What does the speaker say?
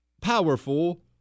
powerful